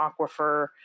aquifer